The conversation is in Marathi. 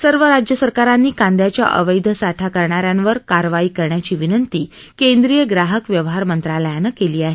सर्व राज्य सरकारांनी कांद्याच्या अवैध साठा करणाऱ्यांवर कारवाई करण्याची विनंती केंद्रीय ग्राहक व्यवहार मंत्रालयानं केली आहे